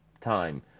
time